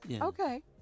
Okay